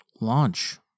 launch